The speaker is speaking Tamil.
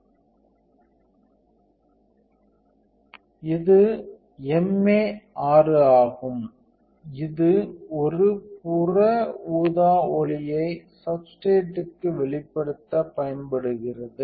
இது MA 6 ஆகும் இது ஒரு புற ஊதா ஒளியை சப்ஸ்டேர்ட்க்கு வெளிப்படுத்த பயன்படுகிறது